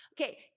Okay